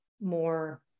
more